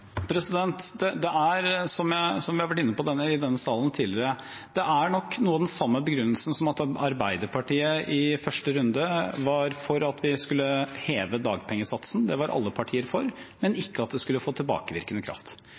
Det er nok, som vi har vært inne på i denne salen tidligere, noe av den samme begrunnelsen som at Arbeiderpartiet i første runde var for at vi skulle heve dagpengesatsen. Det var alle partier for, men ikke at det skulle få tilbakevirkende kraft.